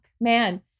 Man